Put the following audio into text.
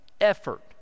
effort